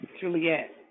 Juliet